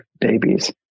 babies